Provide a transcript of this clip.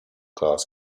class